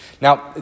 Now